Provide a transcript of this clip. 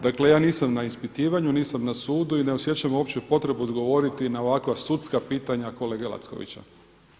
Dakle ja nisam na ispitivanju, nisam na sudu i ne osjećam uopće potrebu odgovoriti na ovakva sudska pitanja kolega Lackovića.